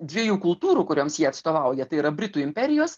dviejų kultūrų kurioms jie atstovauja tai yra britų imperijos